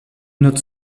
note